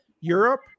Europe